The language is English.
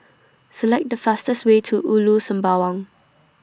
Select The fastest Way to Ulu Sembawang